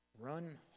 Run